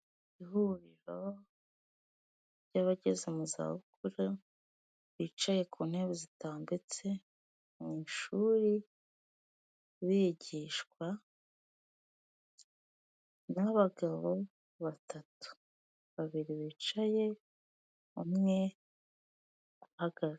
Ihuriro ry'abageze mu za bukuru, bicaye ku ntebe zitambitse mu ishuri, bigishwa n'abagabo batatu, babiri bicaye umwe ahagaze.